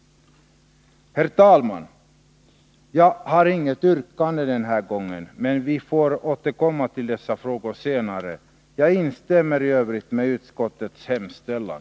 Herr talman! Jag har inget yrkande den här gången, men vi återkommer till dessa frågor senare. Jag instämmer i övrigt i utskottets hemställan.